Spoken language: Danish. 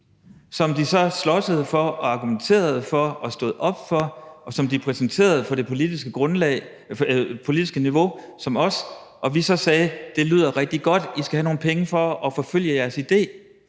som de så sloges for, argumenterede for og stod op for, og som de præsenterede på det politiske niveau, altså til os, og vi så sagde: Det lyder rigtig godt – I skal have nogle penge til at forfølge jeres idé?